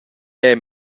era